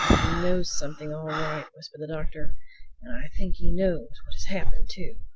he knows something all right, whispered the doctor. and i think he knows what has happened too.